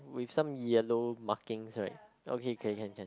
with some yellow markings right okay can can can